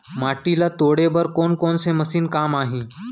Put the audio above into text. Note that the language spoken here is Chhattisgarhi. माटी ल तोड़े बर कोन से मशीन काम आही?